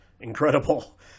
incredible